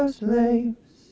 slaves